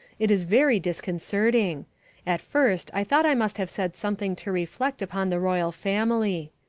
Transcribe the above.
it is very disconcerting at first i thought i must have said something to reflect upon the royal family.